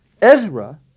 Ezra